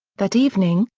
that evening,